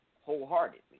wholeheartedly